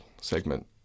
segment